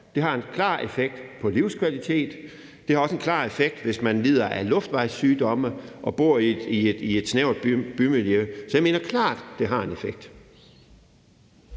Det har en klar effekt på livskvalitet. Det har også en klar effekt, hvis man lider af luftvejssygdomme og bor i et snævert bymiljø. Så jeg mener klart, det har en effekt.